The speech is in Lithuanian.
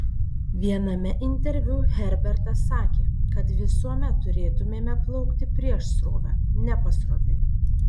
viename interviu herbertas sakė kad visuomet turėtumėme plaukti prieš srovę ne pasroviui